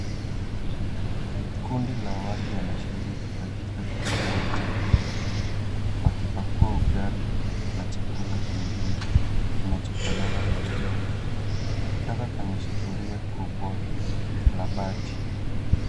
Kundi la watu wanashiriki katika kugawa chakula. Wakipakua ugali na chakula kingine kinachofanana na ugali kutoka kwenye sufuria kubwa la bati.